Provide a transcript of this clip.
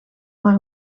maar